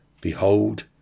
Behold